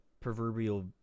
proverbial